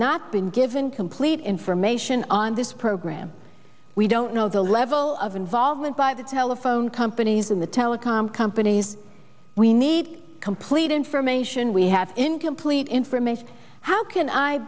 not been given complete information on this program we don't know the level of involvement by the telephone companies in the telecom companies we need complete information we have incomplete information how can i